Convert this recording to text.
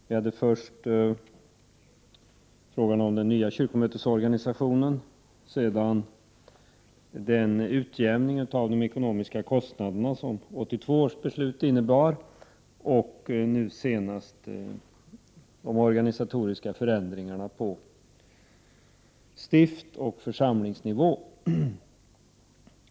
Vi hade först frågan om den nya kyrkomötesorganisationen, sedan den utjämning av de ekonomiska kostnaderna som 1982 års beslut innebar och nu senast de organisatoriska förändringarna på stiftsoch församlingsnivå.